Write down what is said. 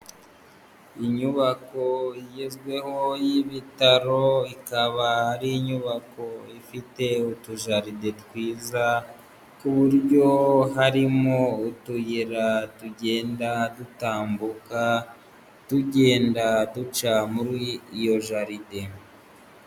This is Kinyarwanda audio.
Inyubako igezweho y'ibitaro, ikaba ari inyubako ifite utujaride twiza, ku buryo harimo utuyira tugenda dutambuka, tugenda duca muri iyo jaride.